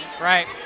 Right